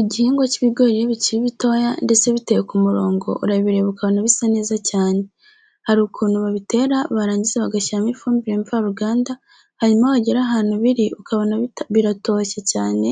Igihingwa cy'ibigori iyo bikiri bitoya ndetse biteye ku murongo urabireba ukabona bisa neza cyane. Hari ukuntu babitera baranngiza bagashyiramo ibifumbire mvaruganda hanyuma wagera ahantu biri ukabona biratoshye cyane